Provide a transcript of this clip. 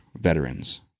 veterans